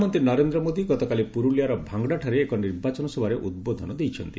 ପ୍ରଧାନମନ୍ତ୍ରୀ ନରେନ୍ଦ୍ର ମୋଦୀ ଗତକାଲି ପୁରୁଲିଆର ଭାଙ୍ଗଡ଼ା ଠାରେ ଏକ ନିର୍ବାଚନ ସଭାରେ ଉଦ୍ବୋଧନ ଦେଇଛନ୍ତି